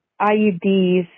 IUDs